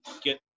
get